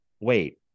wait